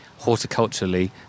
horticulturally